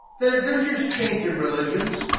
they're they're just changing religions.